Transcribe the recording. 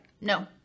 no